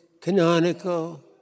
canonical